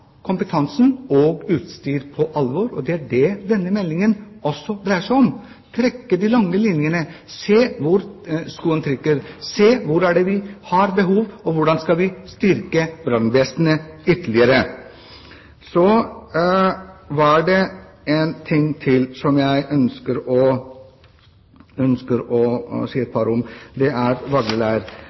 kompetansen og utstyret på alvor, og det er det denne meldingen også dreier seg om: å trekke de lange linjene, se hvor skoen trykker, se hvor vi har behov, og hvordan vi skal styrke brannvesenet ytterligere. Så var det én ting til som jeg ønsker å si et par ord om. Det er